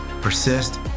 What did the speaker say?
persist